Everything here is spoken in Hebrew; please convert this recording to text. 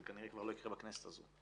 זה כנראה כבר לא יקרה בכנסת הזו.